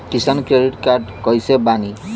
किसान credit card कइसे बानी?